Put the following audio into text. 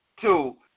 two